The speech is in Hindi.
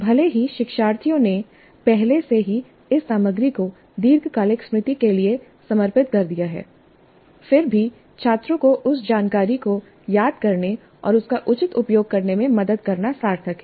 भले ही शिक्षार्थियों ने पहले से ही इस सामग्री को दीर्घकालिक स्मृति के लिए समर्पित कर दिया है फिर भी छात्रों को उस जानकारी को याद करने और उसका उचित उपयोग करने में मदद करना सार्थक है